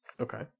Okay